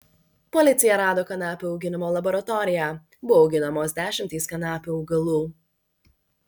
policija rado kanapių auginimo laboratoriją buvo auginamos dešimtys kanapių augalų